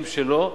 שלו,